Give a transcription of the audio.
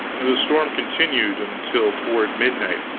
the storm continued until toward midnight,